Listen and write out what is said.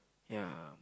ya